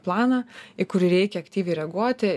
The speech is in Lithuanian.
planą į kurį reikia aktyviai reaguoti